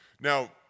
Now